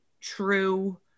true